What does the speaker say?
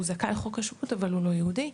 הוא זכאי חוק שבות אבל הוא לא יהודי.